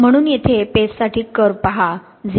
म्हणून येथे पेस्टसाठी कर्व्ह पहा 0